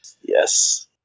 Yes